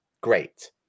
great